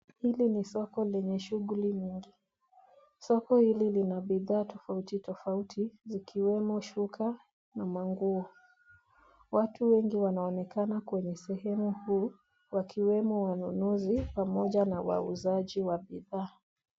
Hili ni soko lenye shughuli nyingi, soko hili lina bidhaa tofauti tofauti zikiwemo shuka na manguo. Watu wengi wanaonekana kwenye sehemu huu wakiwemo wanunuzi pamoja na wauzaji wa bidhaa.